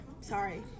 Sorry